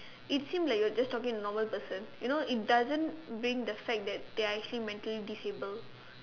it seems like you are just talking to a normal person you know it doesn't bring the fact that they are actually mentally disabled